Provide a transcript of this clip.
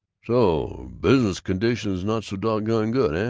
so? business conditions not so doggone good,